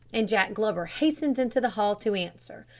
and jack glover hastened into the hall to answer.